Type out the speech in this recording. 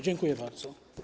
Dziękuję bardzo.